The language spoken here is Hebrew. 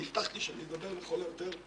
המלצה לרכישת ניירות ערך,